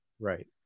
Right